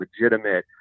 legitimate